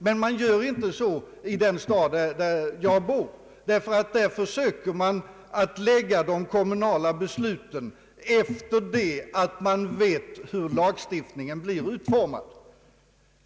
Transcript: Men man gör inte så i den stad där jag bor, ty här försöker man fatta de kommunala besluten först då man vet hur lagstiftningen blir utformad.